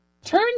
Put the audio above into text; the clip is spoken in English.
Turn